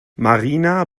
marina